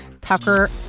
tucker